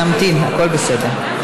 נמתין, הכול בסדר.